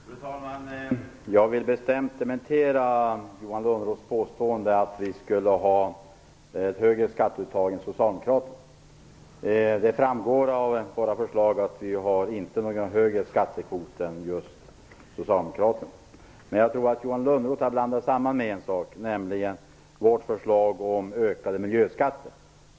Fru talman! Jag vill bestämt dementera Johan Lönnroths påstående att Centern skulle ha föreslagit ett högre skatteuttag än Socialdemokraterna. Det framgår av våra förslag att vi inte har någon högre skattekvot än Socialdemokraterna. Men jag tror att Johan Lönnroth har blandat samman detta med vårt förslag om höjda miljöskatter.